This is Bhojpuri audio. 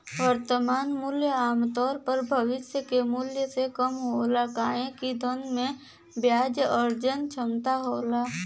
वर्तमान मूल्य आमतौर पर भविष्य के मूल्य से कम होला काहे कि धन में ब्याज अर्जन क्षमता होला